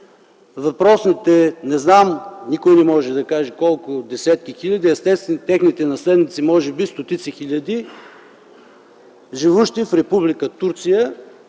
въпросните - не знам, никой не може да каже колко, десетки хиляди, естествено и техните наследници - може би стотици хиляди, живущи в Република Турция,